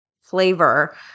flavor